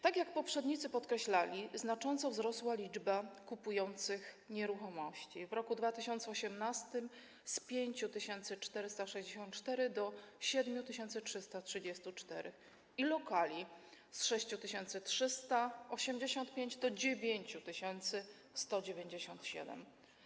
Tak jak podkreślali poprzednicy, znacząco wzrosła liczba kupujących nieruchomości: w roku 2018 z 5464 do 7334, i lokali: z 6385 do 9197.